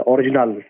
Original